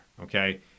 okay